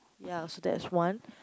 ya so that's one